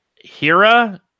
Hira